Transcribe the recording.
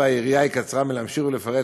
והיריעה תהיה קצרה מלהמשיך ולפרט,